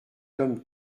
comme